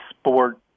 sport